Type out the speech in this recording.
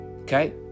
okay